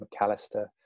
McAllister